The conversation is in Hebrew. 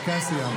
תהיה אתה בשקט.